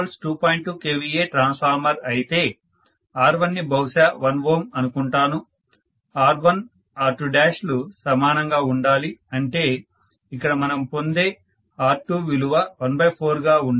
2kVA transformer అయితే R1 ని బహుశా 1 Ω అనుకుంటాను R1R2 లు సమానంగా ఉండాలి అంటే ఇక్కడ మనం పొందే R2 విలువ 14 గా ఉండాలి